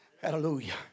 hallelujah